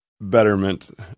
betterment